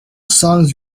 songs